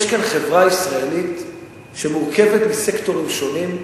יש כאן חברה ישראלית שמורכבת מסקטורים שונים,